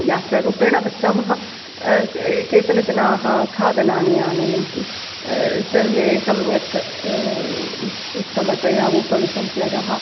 यात्रारुपेण गच्छामः केचनजनाः खादनानि आनयन्ति सर्वे सम्यक् उत्तमतया उपविशन्ति अधः